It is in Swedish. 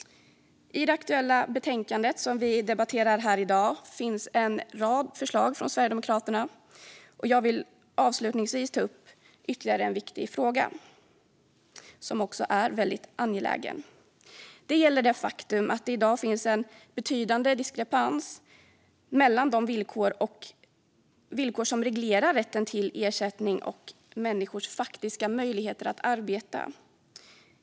I dagens betänkande finns en rad förslag från Sverigedemokraterna, och jag vill avslutningsvis ta upp ytterligare en angelägen fråga. Det gäller det faktum att det i dag finns en betydande diskrepans mellan de villkor som reglerar rätten till ersättning och människors faktiska möjligheter att arbeta.